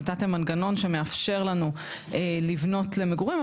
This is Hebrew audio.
נתתם מנגנון שמאפשר לנו לבנות למגורים,